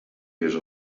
wiesz